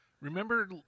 remember